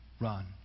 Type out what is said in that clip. run